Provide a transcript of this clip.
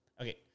Okay